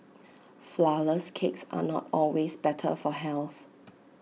Flourless Cakes are not always better for health